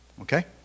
okay